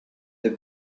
the